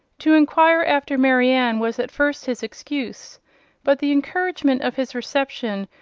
to enquire after marianne was at first his excuse but the encouragement of his reception,